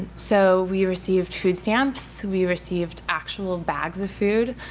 so we received food stamps, we received actual bags of food.